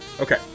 Okay